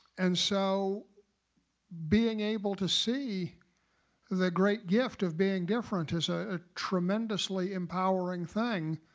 and so being able to see the great gift of being different is a tremendously empowering thing.